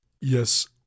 Yes